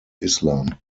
islam